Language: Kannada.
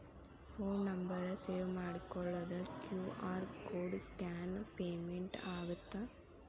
ಫೋನ್ ನಂಬರ್ ಸೇವ್ ಮಾಡಿಕೊಳ್ಳದ ಕ್ಯೂ.ಆರ್ ಕೋಡ್ ಸ್ಕ್ಯಾನ್ ಪೇಮೆಂಟ್ ಆಗತ್ತಾ?